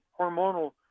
hormonal